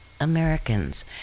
Americans